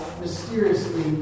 mysteriously